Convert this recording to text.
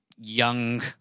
young